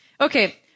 Okay